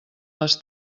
les